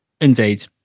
indeed